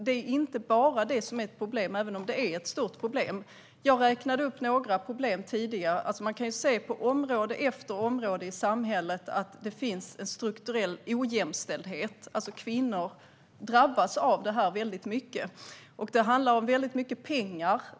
Det är inte bara detta som är ett problem även om det är ett stort problem. Jag räknade upp några problem tidigare. Man kan på område efter område i samhället se att det finns en strukturell ojämställdhet, som drabbar kvinnor väldigt hårt. Det handlar mycket om pengar.